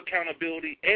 accountability